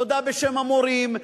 תודה בשם המורים,